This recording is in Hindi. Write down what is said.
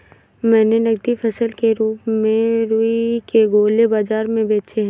मैंने नगदी फसल के रूप में रुई के गोले बाजार में बेचे हैं